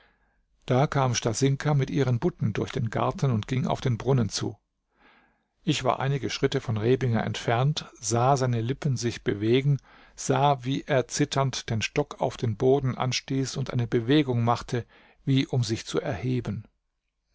da kam stasinka mit ihren butten durch den garten und ging auf den brunnen zu ich war einige schritte von rebinger entfernt sah seine lippen sich bewegen sah wie er zitternd den stock auf den boden anstieß und eine bewegung machte wie um sich zu erheben